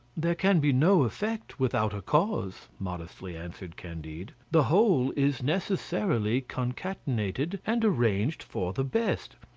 there can be no effect without a cause, modestly answered candide the whole is necessarily concatenated and arranged for the best.